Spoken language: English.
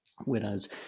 whereas